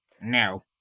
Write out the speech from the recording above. No